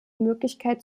möglichkeit